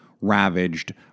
ravaged